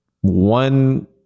one